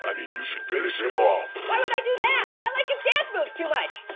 i mean you should finish him off. why would i do that? i like his dance moves too much.